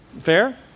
fair